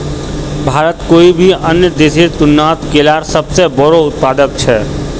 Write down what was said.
भारत कोई भी अन्य देशेर तुलनात केलार सबसे बोड़ो उत्पादक छे